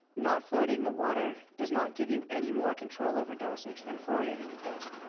not fluoridating the water does not give you anymore control over dosage than fluoridating it does.